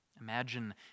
Imagine